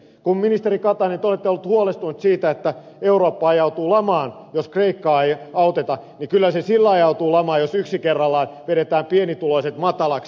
kun ministeri katainen te olette ollut huolestunut siitä että eurooppa ajautuu lamaan jos kreikkaa ei auteta niin kyllä se sillä ajautuu lamaan jos yksi kerrallaan vedetään pienituloiset matalaksi